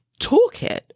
toolkit